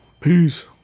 Peace